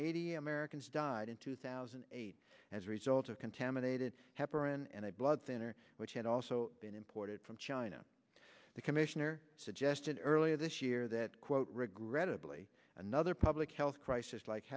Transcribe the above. eighty americans died in two thousand as a result of contaminated heparin a blood thinner which had also been imported from china the commissioner suggested earlier this year that quote regrettably another public health crisis like